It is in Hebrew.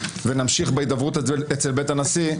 ונמשיך בהידברות בבית הנשיא,